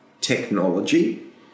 technology